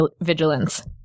Vigilance